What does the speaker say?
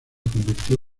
convirtió